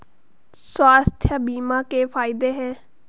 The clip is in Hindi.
स्वास्थ्य बीमा के फायदे हैं?